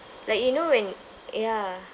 like you know when ya